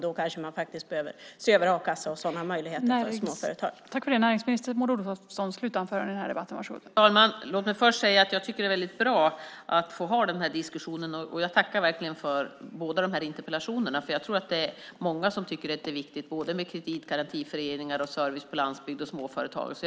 Då kanske a-kassa och sådana möjligheter för småföretagare behöver ses över.